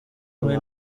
umwe